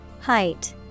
Height